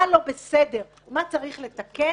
מה לא בסדר, מה צריך לתקן,